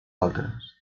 altres